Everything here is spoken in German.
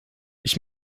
ich